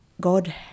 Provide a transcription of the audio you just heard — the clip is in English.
God